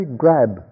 grab